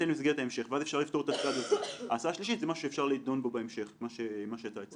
על ידי האוצר עבור המועדוניות של משרד הרווחה